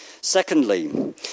Secondly